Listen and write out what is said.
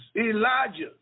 Elijah